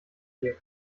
mir